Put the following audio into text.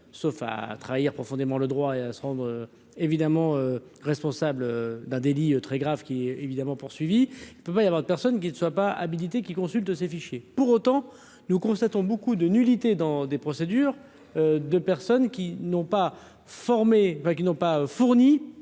sauf à trahir profondément le droit et à seront évidemment responsable d'un délit très grave qui est évidemment poursuivi, il peut pas y avoir de personnes qui ne soit pas habilité qui consulte ces fichiers. Pour autant, nous constatons beaucoup de nullité dans des procédures de personnes qui n'ont pas formé,